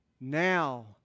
now